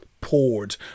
poured